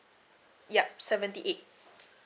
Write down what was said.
yup seventy eight